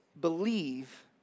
believe